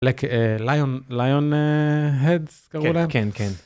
לקי ליון ליון-הדס קראו להם? כן כן.